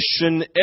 mission